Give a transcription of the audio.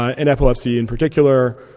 ah in epilepsy in particular,